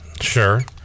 Sure